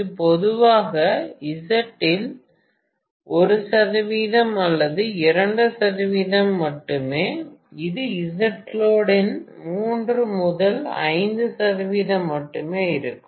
இது பொதுவாக Z இன் 1 சதவீதம் அல்லது 2 சதவீதம் மட்டுமே இது ZLoad இன் 3 முதல் 5 சதவிகிதம் மட்டுமே இருக்கும்